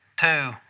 two